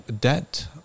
debt